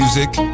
Music